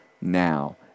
Now